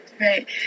right